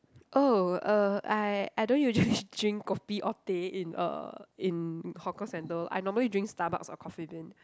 oh uh I I don't usually drink kopi or teh in uh in hawker-centre I normally drink Starbucks or Coffee-Bean